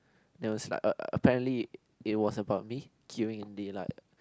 there was like a apparently it was about me queuing in the like